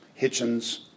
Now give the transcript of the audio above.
Hitchens